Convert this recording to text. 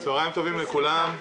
צהריים טובים לכולם,